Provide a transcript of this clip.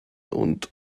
und